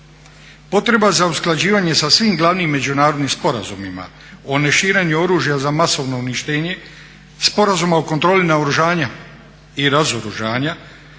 Potreba za usklađivanjem sa svim glavnim međunarodnim sporazumima o neširenju oružja za masovno uništenje, sporazuma o kontroli naoružanja i razoružanja